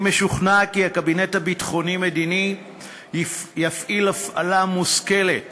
אני משוכנע כי הקבינט הביטחוני-מדיני יפעיל הפעלה מושכלת